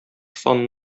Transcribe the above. санын